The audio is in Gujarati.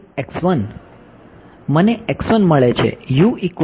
મને મળે છે